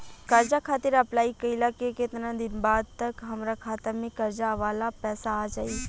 कर्जा खातिर अप्लाई कईला के केतना दिन बाद तक हमरा खाता मे कर्जा वाला पैसा आ जायी?